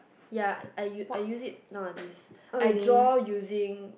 ya I use I use it nowadays I draw using